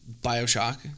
Bioshock